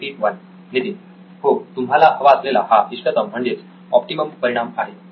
नितीन हो तुम्हाला हवा असलेला हा इष्टतम म्हणजेच ऑप्टिमम परिणाम आहे